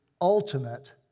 ultimate